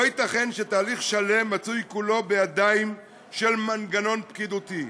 לא ייתכן שתהליך שלם מצוי כולו בידיים של מנגנון פקידותי.